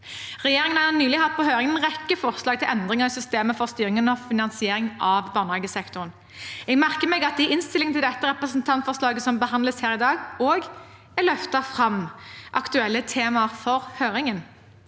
Regjeringen har nylig hatt på høring en rekke forslag til endringer i systemet for styring og finansiering av barnehagesektoren. Jeg merker meg at det i innstillingen til representantforslaget som behandles her i dag, også er løftet fram aktuelle tema for høringen.